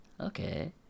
okay